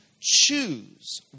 choose